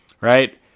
right